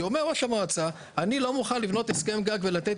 אומר ראש המועצה: אני לא מוכן לבנות הסכם גג ולתת